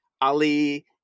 Ali